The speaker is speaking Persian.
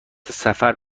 سفر